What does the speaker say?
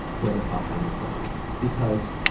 where the fuck i was going. because